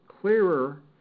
clearer